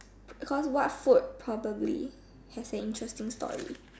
cause what food probably has an interesting story